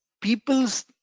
people's